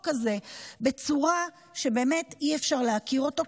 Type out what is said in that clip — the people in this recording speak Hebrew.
הזה בצורה שבאמת אי-אפשר להכיר אותו,